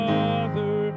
Father